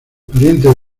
parientes